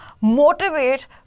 motivate